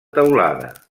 teulada